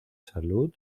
salud